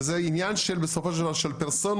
וזה עניין בסופו של דבר של פרסונות,